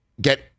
get